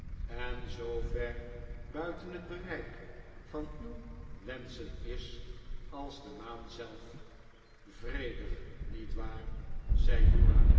en zoo ver buiten het bereik van uw wenschen is als de maan zelf vredig niet waar